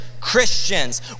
Christians